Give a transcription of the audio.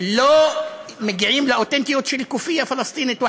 שלך לא מגיעות לאותנטיות של כאפיה פלסטינית אחת.)